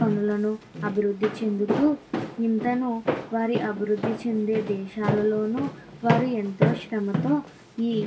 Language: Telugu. పనులను అభివృద్ధి చెందుతూ ఇంతను వారి అభివృద్ధి చెందే దేశాల్లోనూ వారు ఎంతో శ్రమతో ఈ